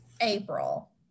April